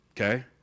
Okay